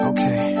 Okay